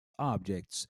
objects